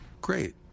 Great